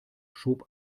schob